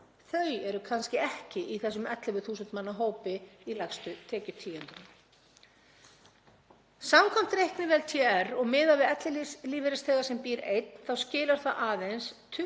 þau eru kannski ekki í þessum 11.000 manna hópi í lægstu tekjutíundunum. Samkvæmt reiknivél TR og miðað við ellilífeyrisþega sem býr einn þá skilar það aðeins 20.000